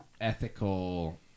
ethical